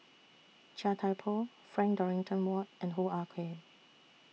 Chia Thye Poh Frank Dorrington Ward and Hoo Ah Kay